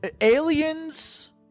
Aliens